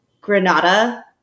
Granada